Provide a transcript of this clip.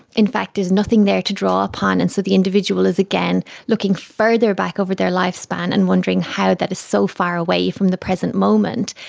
in fact there's nothing there to draw upon. and so the individual is again looking further back over their lifespan and wondering how that is so far away from the present moment,